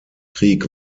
krieg